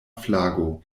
flago